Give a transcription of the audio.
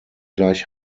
gleich